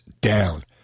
down